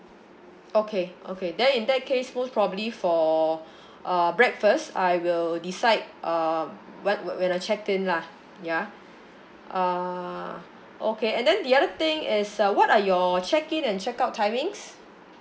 okay okay then in that case most probably for uh breakfast I will decide um what when I check in lah ya uh okay and then the other thing is uh what are your check in and check out timings